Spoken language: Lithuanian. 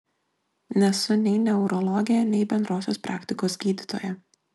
nesu nei neurologė nei bendrosios praktikos gydytoja